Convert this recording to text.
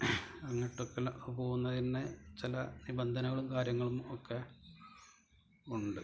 അങ്ങോട്ട്ക്കല് പോവുന്നയന്നെ ചില നിബന്ധനകളും കാര്യങ്ങളും ഒക്കെ ഉണ്ട്